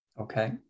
okay